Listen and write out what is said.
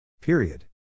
Period